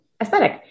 aesthetic